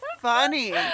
funny